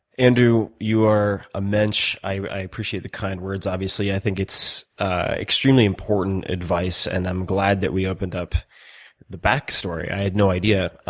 andrew, you are a mensch. i appreciate the kind words, obviously. i think it's extremely important advice, and i'm glad that we opened up the backstory. i had no idea.